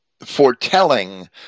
foretelling